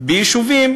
כי ביישובים